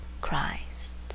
Christ